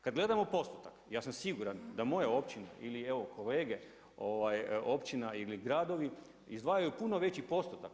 Kad gledamo postotak, ja sam siguran da moja općina ili evo kolege općina ili gradovi izdvajaju puno veći postotak.